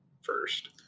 first